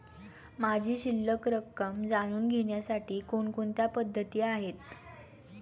माझी शिल्लक रक्कम जाणून घेण्यासाठी कोणकोणत्या पद्धती आहेत?